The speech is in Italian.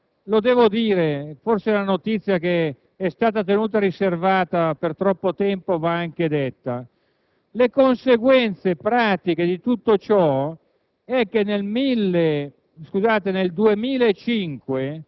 Di cosa stiamo parlando? Di una misura che prevede che una quota parte delle entrate recuperate dalla cosiddetta evasione fiscale venga distribuita tra il personale del Ministero delle finanze.